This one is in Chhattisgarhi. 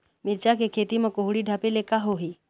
मिरचा के खेती म कुहड़ी ढापे ले का होही?